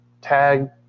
tag